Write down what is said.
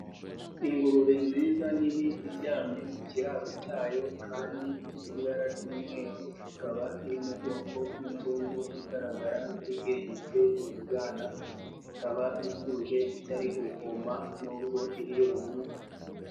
Ingurube nziza nini iryamye mu kiraro cyayo kandi ifite ibara ry'umweru, ikaba iri mu bwoko bw'inzungu, igaragara ko ibwegetse ibibwana, ikaba ituje itari guhuma n'ubwo iri yonyine.